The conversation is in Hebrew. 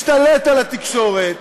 משתלט על התקשורת,